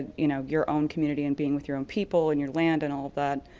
you know, your own community and being with your own people and your land and all of that.